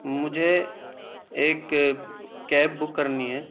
مجھے ایک cab book کرنی ہے